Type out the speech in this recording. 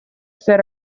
ser